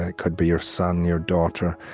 ah could be your son, your daughter,